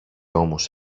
όμως